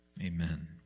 Amen